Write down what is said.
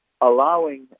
allowing